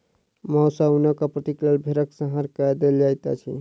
मौस आ ऊनक आपूर्तिक लेल भेड़क संहार कय देल जाइत अछि